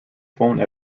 phone